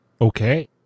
Okay